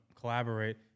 collaborate